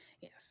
Yes